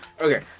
Okay